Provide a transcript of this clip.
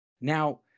Now